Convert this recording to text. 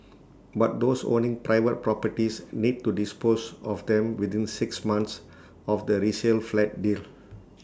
but those owning private properties need to dispose of them within six months of the resale flat deal